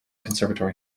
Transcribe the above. conservatory